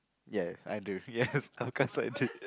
ya I do yes I was caste actually